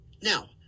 now